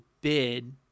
bid